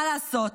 מה לעשות,